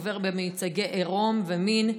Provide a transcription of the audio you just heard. עובר במיצגי עירום ומין מבחילים,